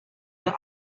the